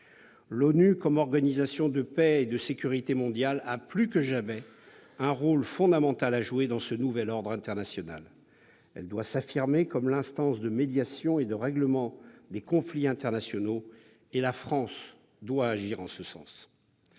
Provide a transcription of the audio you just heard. tant qu'organisation de paix et de sécurité mondiale, un rôle fondamental à jouer dans ce nouvel ordre international. Elle doit s'affirmer comme l'instance par excellence de médiation et de règlement des conflits internationaux, et la France doit agir en ce sens.